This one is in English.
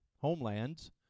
homelands